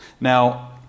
Now